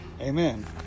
Amen